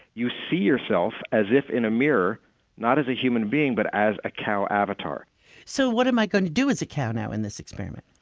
you see yourself as if in a mirror not as a human being, but as a cow avatar so what am i going to do as a cow in this experiment?